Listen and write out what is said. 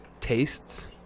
tastes